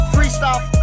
Freestyle